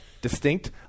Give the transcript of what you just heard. distinct